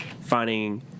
finding